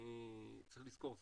צריך לזכור,